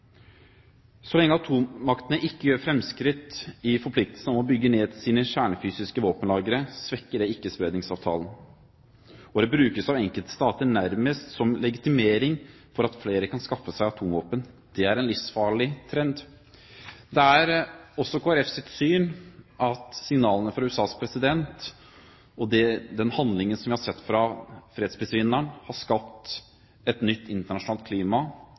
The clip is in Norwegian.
Så lenge atommaktene ikke gjør framskritt i forpliktelsene om å bygge ned sine kjernefysiske våpenlagre, svekker det Ikke-spredningsavtalen, og det brukes av enkelte stater nærmest som en legitimering for at flere kan skaffe seg atomvåpen. Det er en livsfarlig trend. Det er også Kristelig Folkepartis syn at signalene fra USAs president og den handlingen vi har sett fra fredsprisvinneren, har skapt et nytt internasjonalt klima.